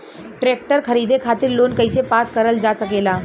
Tractor खरीदे खातीर loan कइसे पास करल जा सकेला?